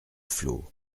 flots